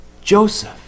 Joseph